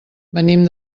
venim